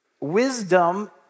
Wisdom